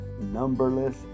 numberless